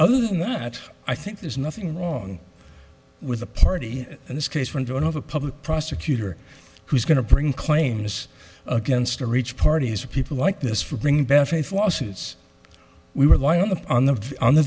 other than that i think there's nothing wrong with the party in this case went to another public prosecutor who's going to bring claims against to reach parties or people like this for bringing bad faith lawsuits we were lining up on the on the